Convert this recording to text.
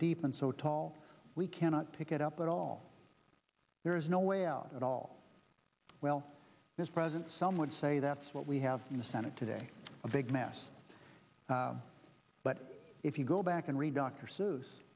deep and so tall we cannot pick it up at all there is no way out at all well this present some would say that's what we have in the senate today a big mess but if you go back and read dr seuss